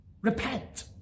Repent